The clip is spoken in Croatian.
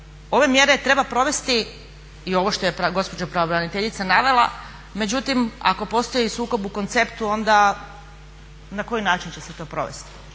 Ove mjere treba provesti i ovo što je gospođa pravobraniteljica navela, međutim ako postoji sukob u konceptu onda na koji način će se to provesti